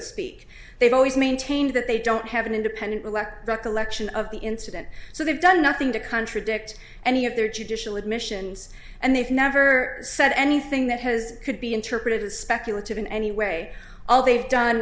speak they've always maintained that they don't have an independent relax recollection of the incident so they've done nothing to contradict any of their judicial admissions and they've never said anything that has could be interpreted as speculative in any way all they've done